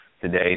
today